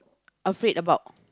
afraid about